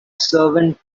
servant